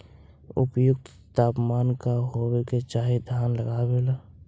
उपयुक्त तापमान का होबे के चाही धान लगावे ला?